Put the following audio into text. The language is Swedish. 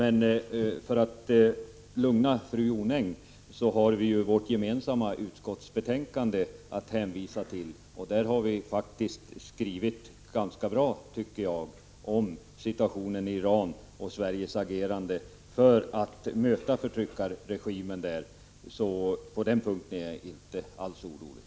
För att lugna fru Jonäng vill jag hänvisa till vårt gemensamma utskottsbetänkande, där vi har skrivit ganska bra om situationen i Iran och Sveriges agerande för att möta förtryckarregimen där. På den punkten är jag inte alls orolig.